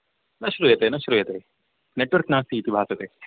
न श्रूयते न श्रूयते नेट्वर्क् नास्तीति भासते